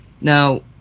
Now